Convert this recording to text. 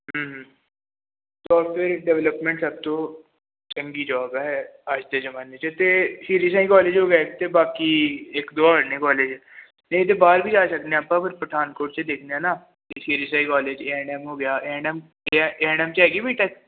development fact ਤੋਂ ਚੰਗੀ job ਹੈ ਅੱਜ ਦੇ ਜਮਾਨੇ 'ਚ ਤਾਂ ਸ਼੍ਰੀ ਸਾਈ ਕਾਲਜ ਹੋ ਗਿਆ ਅਤੇ ਬਾਕੀ ਇੱਕ ਦੋ ਹੋਰ ਨੇ ਕੋਲਜ ਨਹੀਂ ਤਾਂ ਬਾਹਰ ਵੀ ਆ ਸਕਦੇ ਆ ਆਪਾਂ ਫਿਰ ਪਠਾਨਕੋਟ ਤੇ ਦੇਖਦੇ ਆ ਨਾ ਫਿਰ Shri Sai college A and M ਹੋ ਗਿਆ A and M A and M 'ਚ ਹੈਗੀ ਕੋਈ ਟੈਸਟ